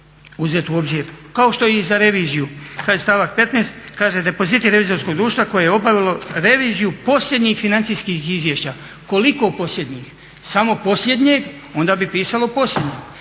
uzeti u obzir kao što je i za reviziju, kaže stavak 15. depoziti revizorskog društva koje je obavilo reviziju posljednjih financijskih izvješća. Koliko posljednjih? Samo posljednje? Onda bi pisalo posljednje,